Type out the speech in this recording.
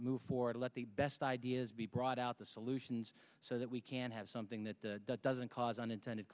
move forward let the best ideas be brought out the solutions so that we can have something that doesn't cause unintended